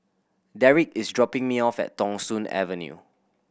Darrick is dropping me off at Thong Soon Avenue